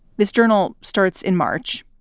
this journal starts in march.